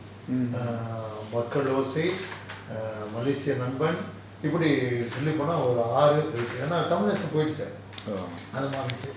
mm